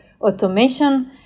automation